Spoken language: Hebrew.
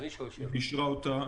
ואישרה אותה,